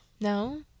No